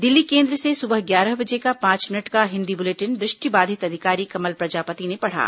दिल्ली केन्द्र से सुबह ग्यारह बजे का पांच मिनट का हिन्दी बुलेटिन दु ष्टिबाधित अधिकारी कमल प्रजापति ने पढ़ा